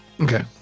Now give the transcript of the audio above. Okay